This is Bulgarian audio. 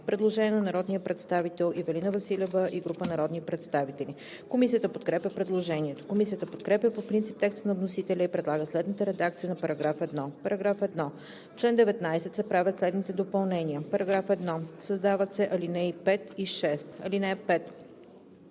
предложение на народния представител Ивелина Василева и група народни представители. Комисията подкрепя предложението. Комисията подкрепя по принцип текста на вносителя и предлага следната редакция на § 1: „§ 1. В чл. 19 се правят следните допълнения: 1. Създават се ал. 5 и 6: „(5)